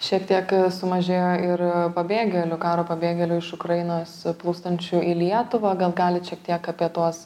šiek tiek sumažėjo ir pabėgėlių karo pabėgėlių iš ukrainos plūstančių į lietuvą gal galit šiek tiek apie tuos